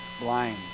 blind